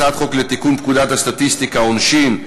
הצעת חוק לתיקון פקודת הסטטיסטיקה (עונשין),